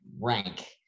rank